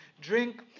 drink